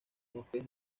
bosques